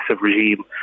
regime